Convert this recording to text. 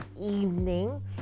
evening